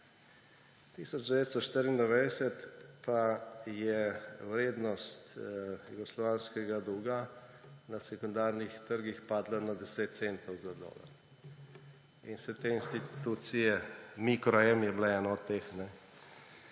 1994 pa je vrednost jugoslovanskega dolga na sekundarnih trgih padla na 10 centov za dolar. In vse te institucije, Micro M je bila ena od teh,